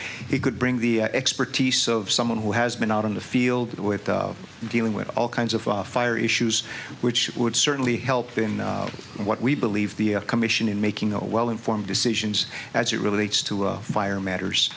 he could bring the expertise of someone who has been out in the field with dealing with all kinds of fire issues which would certainly help in what we believe the commission in making a well informed decisions as it relates to fire matters